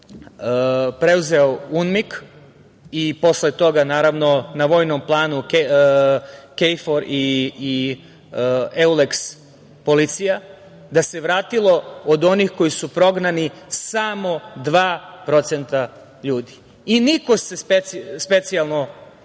preuzeo UMNIK i posle toga naravno, na vojnom planu KFOR i EULEKS policija, da se vratilo od onih koji su prognani samo 2% ljudi i niko se specijalno